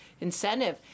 incentive